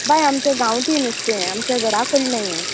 बाय आमचें गांवटी नुस्तें आमचें घरा कडलें